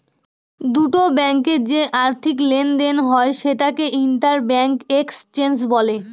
দুটো ব্যাঙ্কে যে আর্থিক লেনদেন হয় সেটাকে ইন্টার ব্যাঙ্ক এক্সচেঞ্জ বলে